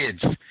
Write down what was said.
kids